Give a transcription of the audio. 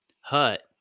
hut